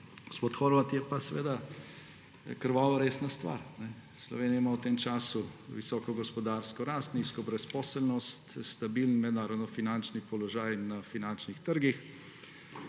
gospod Horvat, je pa seveda krvavo resna stvar. Slovenija ima v tem času visoko gospodarsko rast, nizko brezposelnost, stabilen mednarodni finančni položaj na finančnih trgih,